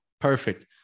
Perfect